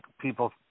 people